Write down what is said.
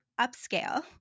upscale